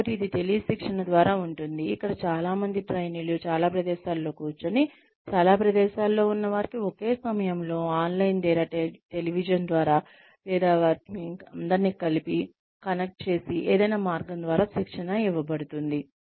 కాబట్టి ఇది టెలి శిక్షణ ద్వారా ఉంటుంది ఇక్కడ చాలా మంది ట్రైనీలు చాలా ప్రదేశాల లో కూర్చుని చాలా ప్రదేశాలలో ఉన్న వారికి ఒకే సమయంలో ఆన్లైన్ లేదా టెలివిజన్ ద్వారా లేదా వారిని కలిసి కనెక్ట్ చేసే ఏదైనా మార్గం ద్వారా శిక్షణ ఇవ్వబడతుంది